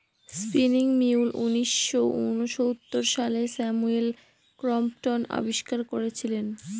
spinning mule উনিশশো ঊনসত্তর সালে স্যামুয়েল ক্রম্পটন আবিষ্কার করেছিলেন